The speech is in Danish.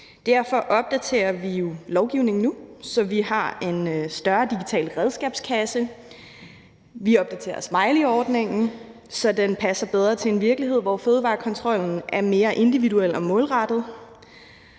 Derfor opdaterer vi jo lovgivningen nu, så vi har en større digital redskabskasse. Vi opdaterer smileyordningen, så den passer bedre til en virkelighed, hvor fødevarekontrollen er mere individuel og målrettet,